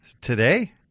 Today